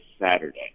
Saturday